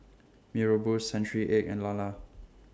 Mee Rebus Century Egg and Lala